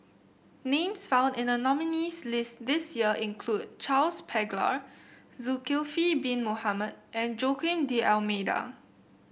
names found in the nominees' list this year include Charles Paglar Zulkifli Bin Mohamed and Joaquim D'Almeida